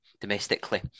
domestically